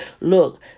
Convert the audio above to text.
Look